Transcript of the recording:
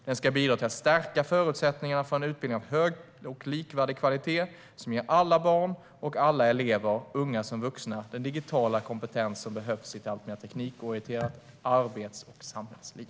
Den ska bidra till att stärka förutsättningarna för en utbildning av hög och likvärdig kvalitet som ger alla barn och alla elever, unga som vuxna, den digitala kompetens som behövs i ett allt mer teknikorienterat arbets och samhällsliv.